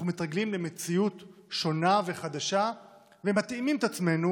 אנחנו מתרגלים למציאות שונה וחדשה ומתאימים את עצמנו